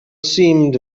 seemed